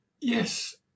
yes